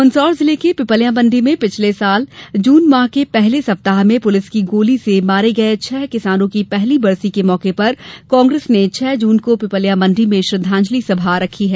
मंदसौर जिले के पिपल्यामंडी में पिछले साल जून माह के पहले सप्ताह में पुलिस की गोली से मारे गए छह किसानों की पहली बरसी के मौके पर कांग्रेस ने छह जून को पिपल्यामंडी में श्रद्वांजलि सभा रखी है